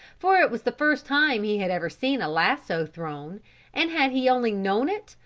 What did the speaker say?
for it was the first time he had ever seen a lasso thrown and had he only known it,